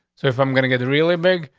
so if i'm gonna get really big,